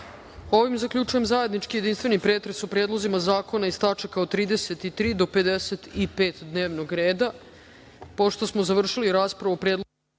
vam. Ovim zaključujem zajednički jedinstveni pretres o predlozima zakona iz tačaka od 33. do 55. dnevnog reda. Pošto